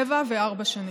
שבע וארבע שנים.